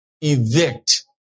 evict